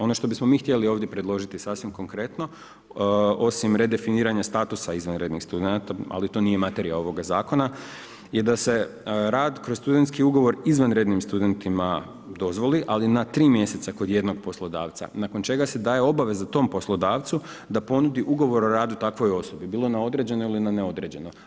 Ono što bismo mi htjeli ovdje predložiti sasvim konkretno, osim redefiniranja statusa izvanrednih studenata, ali to nije materija ovoga zakona, je da se rad kroz studentski ugovor izvanrednim studentima dozvoli, ali na tri mjeseca kod jednog poslodavca, nakon čega se daje obaveza tom poslodavcu da ponudi ugovor o radu takvoj osobi, bilo na određeno ili na neodređeno.